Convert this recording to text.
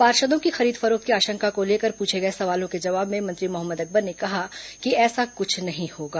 पार्षदों की खरीद फरोख्त की आशंका को लेकर पूछे गए सवालों के जवाब में मंत्री मोहम्मद अकबर ने कहा कि ऐसा कुछ नहीं होगा